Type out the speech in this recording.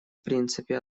принципе